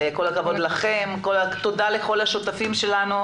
כל הכבוד לכם, תודה לכל השותפים שלנו.